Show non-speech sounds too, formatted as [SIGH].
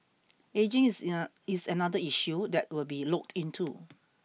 ageing is [HESITATION] is another issue that will be looked into